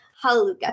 Hallelujah